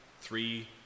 three